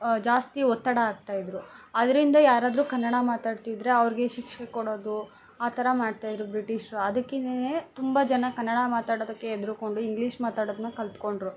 ಜಾಸ್ತಿ ಒತ್ತಡ ಹಾಕ್ತಾಯಿದ್ರು ಅದರಿಂದ ಯಾರಾದರೂ ಕನ್ನಡ ಮಾತಾಡ್ತಿದ್ದರೆ ಅವ್ರಿಗೆ ಶಿಕ್ಷೆ ಕೊಡೋದು ಆ ಥರ ಮಾಡ್ತಾಯಿದ್ದರು ಬ್ರಿಟೀಷರು ಅದಕ್ಕಿನೆ ತುಂಬ ಜನ ಕನ್ನಡ ಮಾತಾಡೊದಕ್ಕೆ ಹೆದ್ರುಕೊಂಡು ಇಂಗ್ಲೀಷ್ ಮಾತಾಡೊದನ್ನ ಕಲ್ತುಕೊಂಡ್ರು